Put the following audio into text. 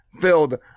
filled